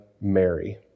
Mary